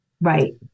Right